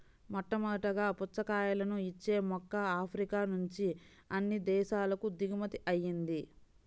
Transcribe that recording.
మొట్టమొదటగా పుచ్చకాయలను ఇచ్చే మొక్క ఆఫ్రికా నుంచి అన్ని దేశాలకు దిగుమతి అయ్యింది